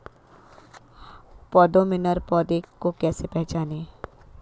पौधों में नर पौधे को कैसे पहचानें?